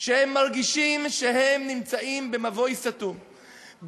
הם מרגישים שהם נמצאים במבוי סתום,